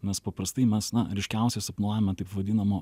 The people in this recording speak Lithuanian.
nes paprastai mes na ryškiausiai sapnuojame taip vadinamo